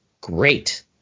great